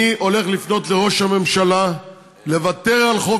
אני הולך לפנות לראש הממשלה לוותר על חוק